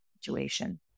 situation